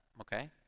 okay